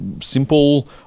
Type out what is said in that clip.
simple